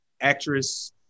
actress